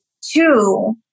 two